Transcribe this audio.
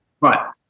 Right